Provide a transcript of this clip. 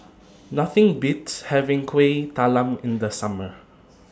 Nothing Beats having Kuih Talam in The Summer